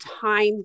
time